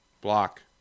block